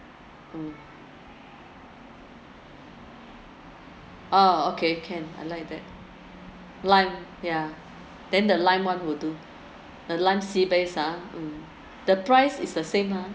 mm orh okay can I like that lime yeah then the lime one will do the lime seabass ah the price is the same lah